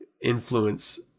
influence